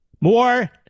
More